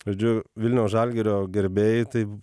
žodžiu vilniaus žalgirio gerbėjai tai